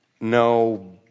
No